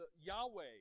Yahweh